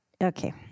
okay